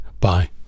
bye